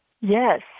Yes